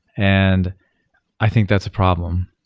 and i think that's a problem,